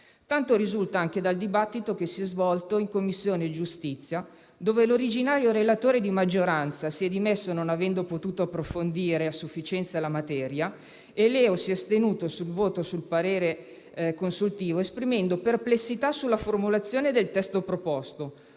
tanto risulta anche dal dibattito che si è svolto in Commissione giustizia, dove l'originario relatore di maggioranza si è dimesso, non avendo potuto approfondire a sufficienza la materia, e il Gruppo Misto-Liberi e Uguali si è astenuto dal voto sul parere consultivo, esprimendo perplessità sulla formulazione del testo proposto,